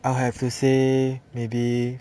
I'll have to say maybe